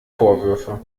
vorwürfe